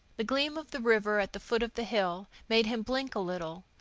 the gleam of the river at the foot of the hill made him blink a little,